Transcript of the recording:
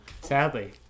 Sadly